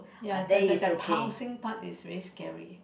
ya the the the pouncing part is very scary